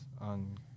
on